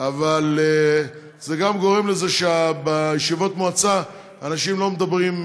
אבל זה גם גורם לזה שבישיבות מועצה אנשים לא מדברים,